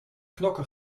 knokke